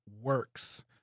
works